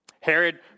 Herod